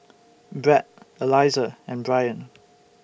Bret Eliza and Bryon